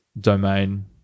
domain